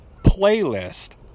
playlist